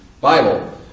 Bible